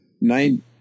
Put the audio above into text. nine